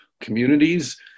communities